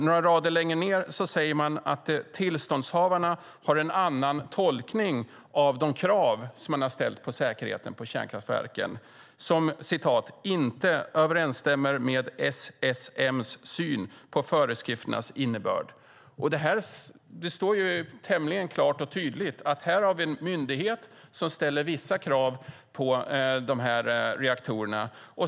Några rader längre ned säger man att tillståndshavarna har en tolkning av de krav som har ställts på säkerheten på kärnkraftverken som "inte överensstämmer med SSM:s syn på föreskrifternas innebörd". Det står tämligen klart och tydligt att vi har en myndighet som ställer vissa krav på de här reaktorerna.